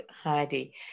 Heidi